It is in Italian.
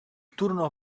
turno